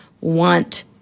want